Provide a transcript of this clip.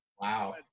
Wow